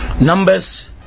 Numbers